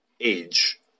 age